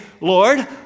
Lord